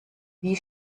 wie